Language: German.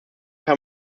kann